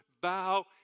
bow